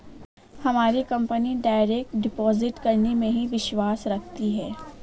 हमारी company direct deposit करने में ही विश्वास रखती है